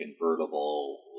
convertible